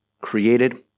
created